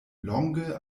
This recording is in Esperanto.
longe